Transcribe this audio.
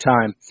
time